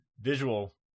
visual